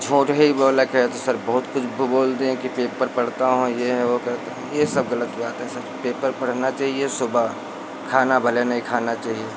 झूठ ही बोला खैर तो सर बहुत कुछ वह बोलते हैं कि पेपर पढ़ता हूँ यह हैं वह करता हूँ यह सब गलत बात हैं सर पेपर पढ़ना चाहिए सुबह खाना भले नहीं खाना चाहिए